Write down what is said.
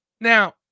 Now